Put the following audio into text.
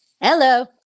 Hello